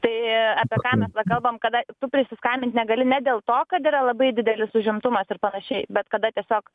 tai apie ką mes kalbam kada tu prisiskambint negali ne dėl to kad yra labai didelis užimtumas ir panašiai bet kada tiesiog